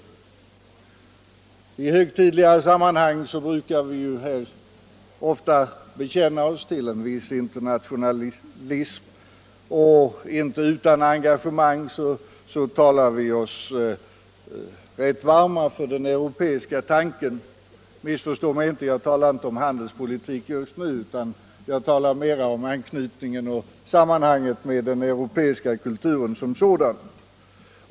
I högtidligare sammanhang brukar vi ju här ofta bekänna oss till en viss internationalism, och inte utan engagemang slår vi vakt om den europeiska tanken. Missförstå mig inte — jag talar inte om handelspolitik just nu utan jag talar mera om anknytningen till och sammanhanget med den europeiska kulturen som sådan.